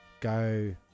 Go